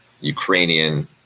Ukrainian